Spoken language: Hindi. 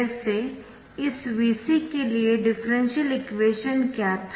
वैसे इस Vc के लिए डिफरेंशियल इक्वेशन क्या था